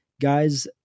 Guys